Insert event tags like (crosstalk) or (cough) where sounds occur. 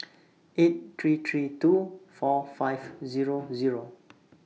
(noise) eight three three two four five Zero Zero